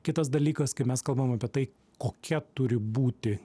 kitas dalykas kai mes kalbam apie tai kokia turi būti